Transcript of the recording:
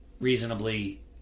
reasonably